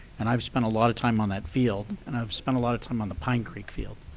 and i've spent a lot of time on that field. and i've spent a lot of time on the pine creek field.